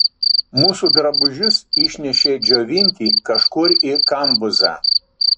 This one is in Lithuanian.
mūsų drabužius išnešė džiovinti kažkur į kambuzą